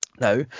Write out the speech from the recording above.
Now